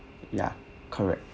yeah correct